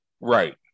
right